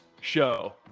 show